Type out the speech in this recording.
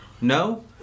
No